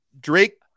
Drake